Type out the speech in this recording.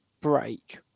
break